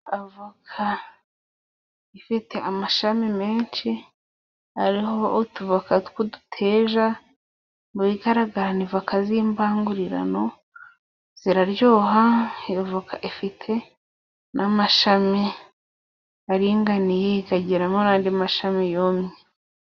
Avoka ifite amashami menshi ariho utuvoka tw'uduteja, mu bigaragara ni voka z'imbangurirano, ziraryoha. Iyo voka ifite n'amashami aringaniye, ikagiramo n'andi mashami yumye.